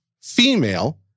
female